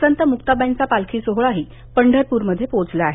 संत मुक्ताबाईंचा पालखी सोहळाही पंढरप्रमध्ये पोचला आहे